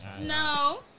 No